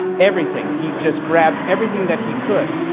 everything he just grabbed everything that he could.